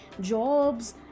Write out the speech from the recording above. jobs